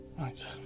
Right